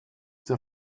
der